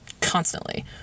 constantly